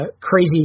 crazy